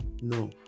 No